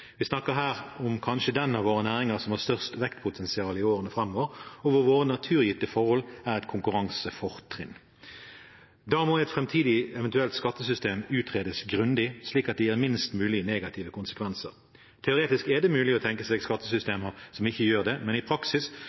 Vi snakker her om kanskje den av våre næringer som har størst vekstpotensial i årene framover, og hvor våre naturgitte forhold er et konkurransefortrinn. Da må et framtidig eventuelt skattesystem utredes grundig, slik at det gir minst mulig negative konsekvenser. Teoretisk er det mulig å tenke seg skattesystemer som ikke gjør det, men i praksis,